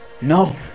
no